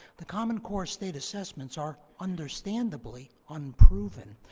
the common core state assessments are understandably unproven.